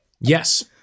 Yes